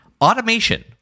automation